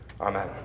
Amen